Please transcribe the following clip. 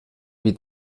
wie